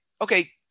okay